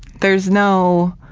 there's no,